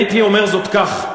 הייתי אומר זאת כך: